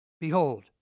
Behold